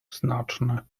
znaczne